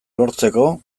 lortzeko